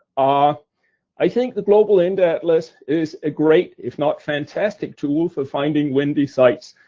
ah i think the global wind atlas is a great if not fantastic tool for finding windy sites,